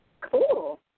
Cool